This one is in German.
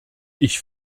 ich